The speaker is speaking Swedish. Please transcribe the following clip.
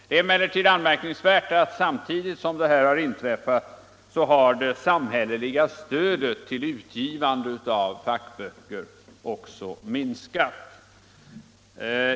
Det är emellertid anmärkningsvärt att samtidigt som detta har inträffat, har det samhälleliga stödet till utgivande av fackböcker också minskat.